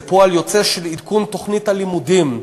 זה פועל יוצא של עדכון תוכנית הלימודים.